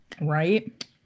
Right